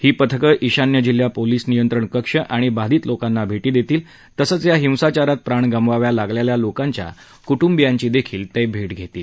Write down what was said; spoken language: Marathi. ही पथक ईशान्य जिल्हा पोलीस नियंत्रण कक्ष आणि बाधित लोकांना भेटी देतील तसंच या हिंसाचारात प्राण गमवावे लागलेल्या लोकांच्या कुटुंबियांच्याही भेटी घेतील